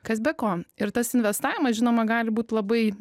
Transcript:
kas be ko ir tas investavimas žinoma gali būt labai